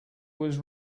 was